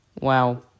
Wow